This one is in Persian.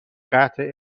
قطع